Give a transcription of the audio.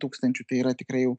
tūkstančių tai yra tikrai jau